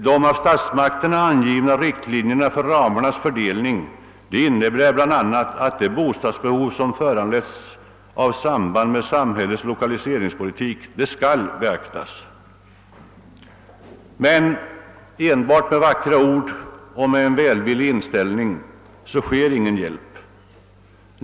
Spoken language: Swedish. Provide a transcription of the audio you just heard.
De av statsmakterna angivna riktlinjerna för ramarnas fördelning innebär bl.a. att det bostadsbehov, som föranleds av sambandet med samhällets 1okaliseringspolitik, skall beaktas. Men enbart med vackra ord och med en välvillig inställning kan ingen hjälp lämnas.